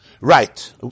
Right